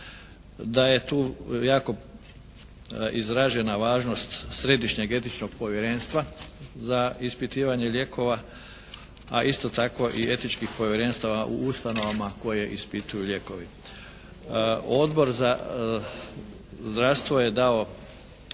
Da je tu jako izražena važnost središnjeg etičnog povjerenstva za ispitivanje lijekova, a isto tako i etičkih povjerenstava u ustanovama koje ispituju lijekove. Odbor za zdravstvo je dao